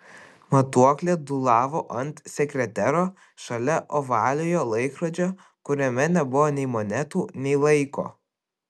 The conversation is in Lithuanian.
matuoklė dūlavo ant sekretero šalia ovaliojo laikrodžio kuriame nebuvo nei monetų nei laiko